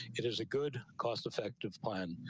it is a good cost effective plan.